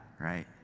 right